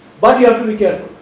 but you have to be careful